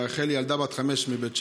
רחלי ילדה בת חמש מבית שמש.